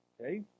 Okay